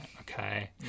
okay